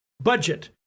Budget